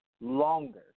longer